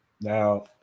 now